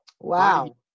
Wow